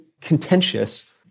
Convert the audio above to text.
contentious